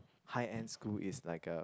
high end school is like a